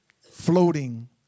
floating